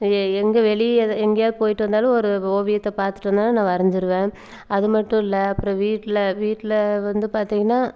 எ எங்கே வெளியே எதை எங்கேயாவது போயிட்டு வந்தாலும் ஒரு ஓவியத்தை பார்த்துட்டு வந்தேன்னா நான் வரைஞ்சிருவேன் அதுமட்டும் இல்லை அப்புறம் வீட்டில் வீட்டில் வந்து பார்த்தீங்கன்னா